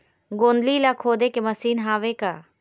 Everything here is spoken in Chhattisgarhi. गोंदली ला खोदे के मशीन हावे का?